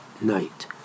night